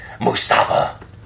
Mustafa